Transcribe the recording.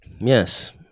Yes